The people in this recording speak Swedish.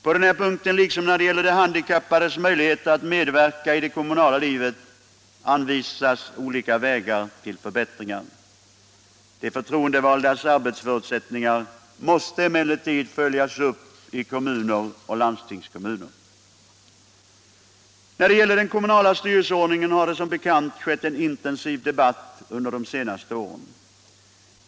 På den här punkten, liksom när det gäller de handikappades möjligheter att medverka i det kommunala livet, anvisas olika vägar till förbättringar. De förtroendevaldas arbetsförutsättningar måste emellertid följas upp i kommuner och landstingskommuner. När det gäller den kommunala styrelseordningen har det som bekant förts en intensiv debatt under de senaste åren.